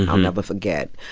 and i'll never forget,